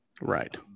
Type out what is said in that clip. Right